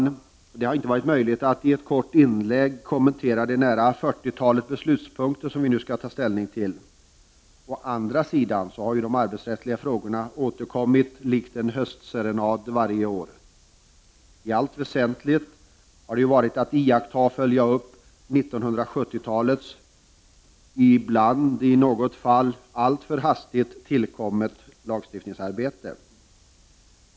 Det har å ena sidan inte varit möjligt att i ett kort inlägg kommentera de nära 40-talet beslutspunkter som vi nu skall ta ställning till. Å andra sidan har de arbetsrättsliga frågorna återkommit likt en höstserenad varje år. I allt väsentligt har det ju varit att iaktta och följa upp 1970-talets i något fall alltför hastigt tillkomna lagstiftningsarbete.